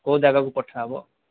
କେଉଁ ଜାଗାକୁ ପଠା ହେବ